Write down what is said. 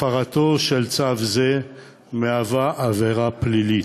הפרתו של צו זה מהווה עבירה פלילית.